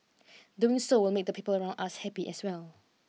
doing so will make the people around us happy as well